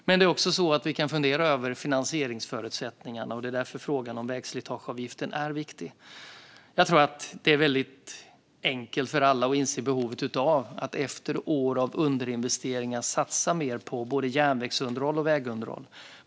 Men vi kan fundera över finansieringsförutsättningarna, och det är därför frågan om vägslitageavgiften är viktig. Jag tror att det är väldigt enkelt för alla att inse behovet av att, efter år av underinvesteringar, satsa mer på både järnvägsunderhåll och vägunderhåll.